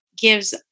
gives